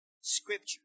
scripture